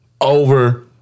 over